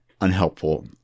unhelpful